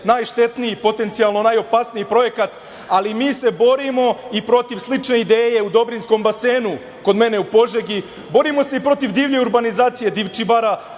najštetniji, potencijalno najopasniji projekat, ali mi se borimo i protiv slične ideje u Dobrinjskom basenu kod mene u Požegi. Borimo se i protiv divlje urbanizacije Divčibara.